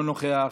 מוותרת,